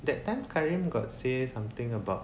that time karim got say something about